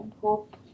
hope